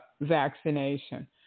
vaccination